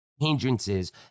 Hindrances